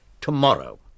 tomorrow